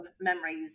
memories